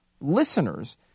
listeners